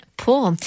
pull